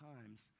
times